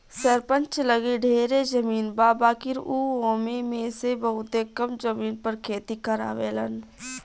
सरपंच लगे ढेरे जमीन बा बाकिर उ ओमे में से बहुते कम जमीन पर खेती करावेलन